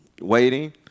Waiting